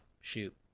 Shoot